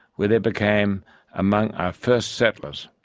where they became among our first settlers.